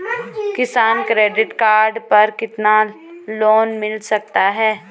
किसान credit card पर कितना लोंन मिल सकता है?